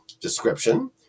description